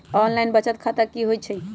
Online बचत खाता की होई छई?